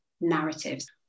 narratives